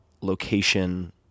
location